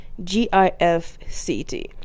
GIFCT